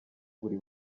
buri